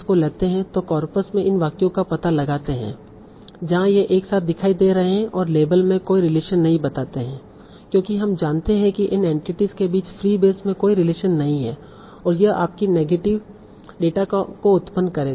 एक बार जब आप इन सैंपल एंटिटीस को लेते हैं तो कॉर्पस में इन वाक्यों का पता लगाते हैं जहाँ ये एक साथ दिखाई दे रहे हैं और लेबल में कोई रिलेशन नहीं बताते हैं क्योंकि हम जानते हैं कि इन एंटिटीस के बीच फ्रीबेस में कोई रिलेशन नहीं है और यह आपकी नेगेटिव डेटा को उत्पन करेगा